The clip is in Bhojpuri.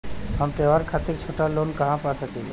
हम त्योहार खातिर छोटा लोन कहा पा सकिला?